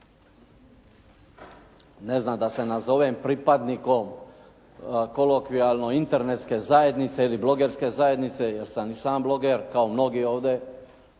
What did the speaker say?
ne znam da se nazovem pripadnikom kolokvijalno internetske zajednice ili blogerske zajednice jer sam i sam bloger kao mnogi ovdje